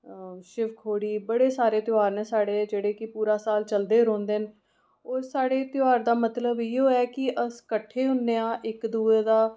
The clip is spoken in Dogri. शिवखोड़ी बड़े साढ़े त्यौहार न साढ़े जेह्ड़े कि पूरे साल चलदे गै रौंह्दे न ओह् साढ़े त्यौहार दा मतलव इ'यै ऐ कि अस कट्ठे होन्नेआं इक दूए दा